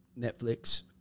Netflix